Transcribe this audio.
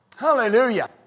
Hallelujah